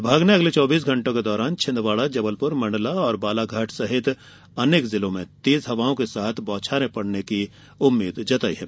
विभाग ने अगले चौबीस घण्टों के दौरान छिंदवाड़ा जबलपुर मण्डला और बालाघाट सहित अनेक जिलों में तेज हवाओं के साथ बौछारें पड़ने की संभावना जताई है